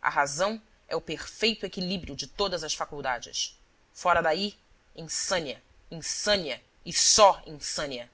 a razão é o perfeito equilíbrio de todas as faculdades fora daí insânia insânia e só insânia